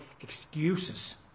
Excuses